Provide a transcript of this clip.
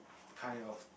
kind of